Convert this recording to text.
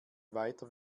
weiter